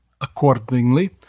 Accordingly